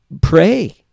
Pray